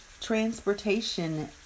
transportation